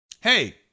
Hey